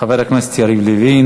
חבר הכנסת יריב לוין,